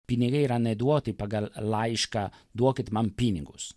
pinigai yra neduoti pagal laišką duokit man pinigus